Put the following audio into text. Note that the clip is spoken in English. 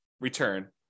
return